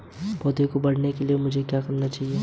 पौधे के बढ़ने के लिए मुझे क्या चाहिए?